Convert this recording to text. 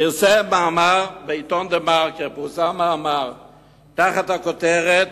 פרסם מאמר בעיתון "דה-מרקר", תחת הכותרת